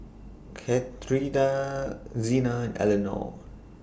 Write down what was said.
Katharina Xena Elenore